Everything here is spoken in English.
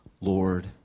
Lord